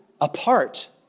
apart